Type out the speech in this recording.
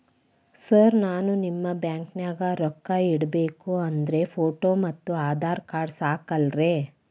Sir ನಾನು ನಿಮ್ಮ ಬ್ಯಾಂಕನಾಗ ರೊಕ್ಕ ಇಡಬೇಕು ಅಂದ್ರೇ ಫೋಟೋ ಮತ್ತು ಆಧಾರ್ ಕಾರ್ಡ್ ಸಾಕ ಅಲ್ಲರೇ?